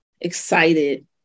excited